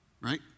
right